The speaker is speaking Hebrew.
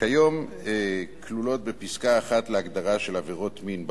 כיום כלולות בפסקה (1) להגדרה של עבירות מין בחוק,